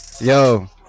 Yo